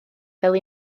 fel